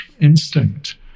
instinct